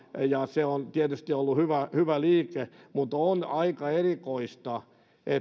ja se on tietysti ollut hyvä liike mutta on aika erikoista että